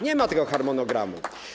Nie ma tego harmonogramu.